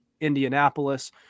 Indianapolis